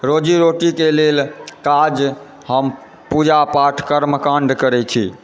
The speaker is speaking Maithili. रोजी रोटीके लेल काज हम पूजापाठ कर्मकाण्ड करैत छी